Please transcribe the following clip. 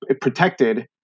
protected